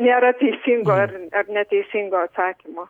nėra teisingo ar neteisingo atsakymo